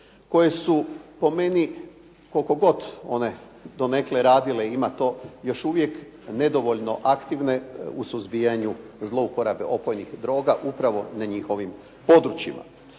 koje su po meni koliko god one donekle radile i ima to još uvijek nedovoljne aktivne u suzbijanju opojnih droga upravo na njihovim područjima.